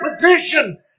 petition